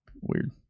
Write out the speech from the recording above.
Weird